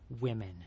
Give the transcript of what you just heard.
women